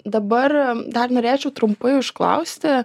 dabar dar norėčiau trumpai užklausti